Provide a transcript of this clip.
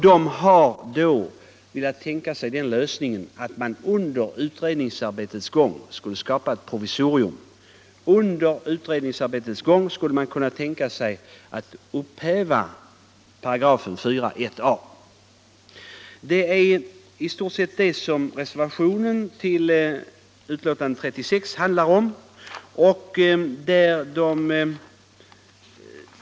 De har då velat tänka sig den lösningen att man under utredningsarbetets gång skulle skapa ett provisorium och upphävde bestämmelsen i 4 § första stycket, punkt 1. Det är i stort sett detta som reservationen till betänkandet nr 36 handlar om.